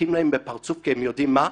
וצוחקים להן בפרצוף כי הם יודעים מה?